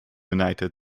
united